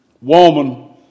woman